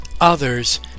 others